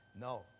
No